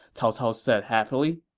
cao cao said happily